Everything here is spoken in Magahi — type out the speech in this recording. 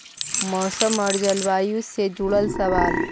मौसम और जलवायु से जुड़ल सवाल?